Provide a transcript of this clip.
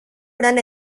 gran